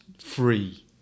free